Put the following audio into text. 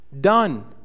done